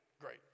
Great